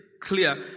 clear